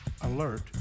Alert